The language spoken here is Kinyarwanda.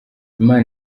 imana